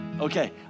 Okay